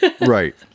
Right